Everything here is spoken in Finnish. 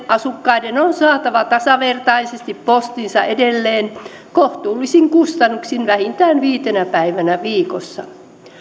asukkaiden on saatava tasavertaisesti postinsa edelleen kohtuullisin kustannuksin vähintään viitenä päivänä viikossa